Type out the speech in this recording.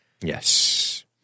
Yes